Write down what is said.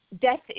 death